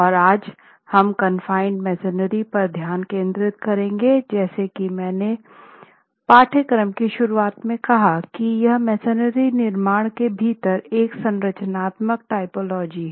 और आज हम कन्फ़ाइनेड मेसनरी पर ध्यान केंद्रित करेंगे जैसा की हमने पाठ्यक्रम की शुरुआत में कहा की यह मेसनरी निर्माण के भीतर एक संरचनात्मक टाइपोलॉजी है